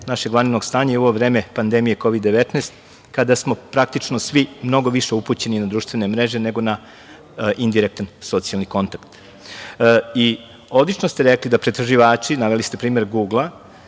našeg vanrednog stanja i u ovo vreme pandemije Kovid 19 kada smo praktično svi mnogo više upućeni na društvene mreže nego na indirektan socijalni kontakt. Odlično ste rekli da pretraživači, naveli ste primer Gugla,